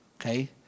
Okay